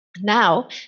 Now